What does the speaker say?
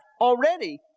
already